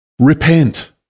Repent